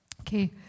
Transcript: okay